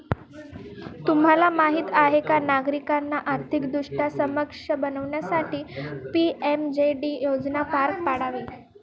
तुम्हाला माहीत आहे का नागरिकांना आर्थिकदृष्ट्या सक्षम बनवण्यासाठी पी.एम.जे.डी योजना पार पाडली